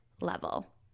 level